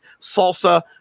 salsa